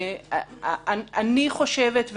אני חושבת,